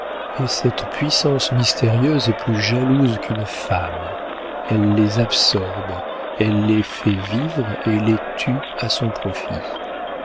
et cette puissance mystérieuse est plus jalouse qu'une femme elle les absorbe elle les fait vivre et les tue à son profit